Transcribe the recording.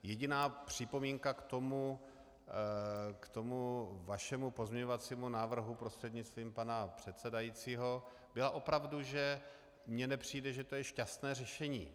Jediná připomínka k vašemu pozměňovacímu návrhu, prostřednictvím pana předsedajícího, byla opravdu, že mně nepřijde, že to je šťastné řešení.